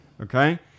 Okay